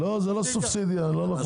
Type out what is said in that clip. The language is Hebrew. לא זה לא סובסידיה --- יש